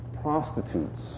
Prostitutes